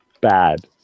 bad